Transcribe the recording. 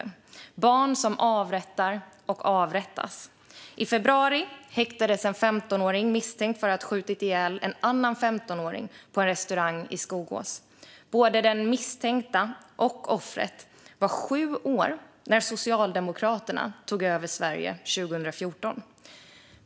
De är barn som avrättar och avrättas. I februari häktades en 15-åring misstänkt för att ha skjutit ihjäl en annan 15-åring på en restaurang i Skogås. Både den misstänkte och offret var sju år när Socialdemokraterna tog över Sverige 2014.